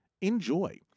enjoy